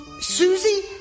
Susie